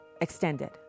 extended